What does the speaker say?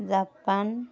Japan